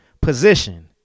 position